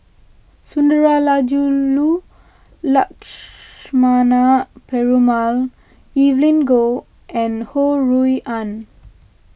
Sundarajulu Lakshmana Perumal Evelyn Goh and Ho Rui An